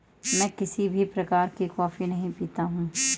मैं किसी भी प्रकार की कॉफी नहीं पीता हूँ